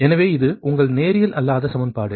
எனவே இது உங்கள் நேரியல் அல்லாத சமன்பாடு